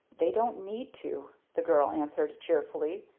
they don't need to, the girl answered cheerfully.